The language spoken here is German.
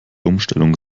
umstellung